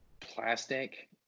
plastic